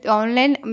online